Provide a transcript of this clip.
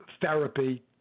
therapy